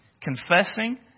confessing